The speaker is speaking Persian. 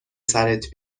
سرت